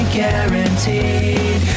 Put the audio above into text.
guaranteed